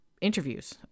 interviews